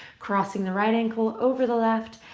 crossing the right ankle over the left,